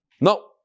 No